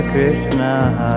Krishna